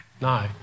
No